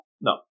No